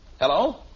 Hello